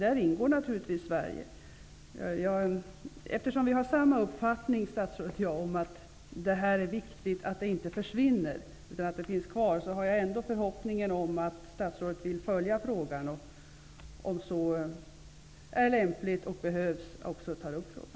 Där ingår naturligtvis också Eftersom statsrådet och jag har samma uppfattning om att det är viktigt att museet inte försvinner utan att det finns kvar, har jag ändå förhoppningen om att statsrådet vill följa upp frågan och, om så är lämpligt och behövs, också ta upp frågan.